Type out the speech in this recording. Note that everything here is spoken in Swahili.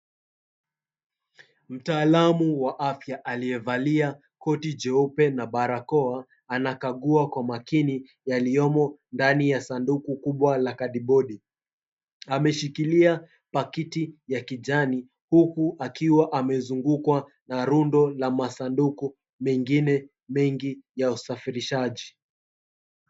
Mtaalamu wa afya aliyevalia koti jeupe na barakoa anakagua kwa makini yaliyomo ndani ya sanduku kubwa la kadibodi. Ameshikilia pakiti ya kijani huku akiwa amezungukwa na rundo la masanduku mengine mengi ya usafirishaji.